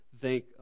thank